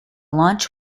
launch